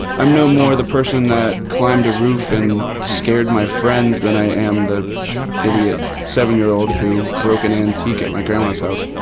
i'm no more the person that climbed a roof and scared my friends than i am the idiot seven-year-old who broke an antique at my grandma's house.